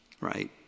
right